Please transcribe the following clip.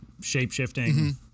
shape-shifting